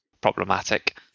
problematic